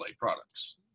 products